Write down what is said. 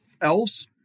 else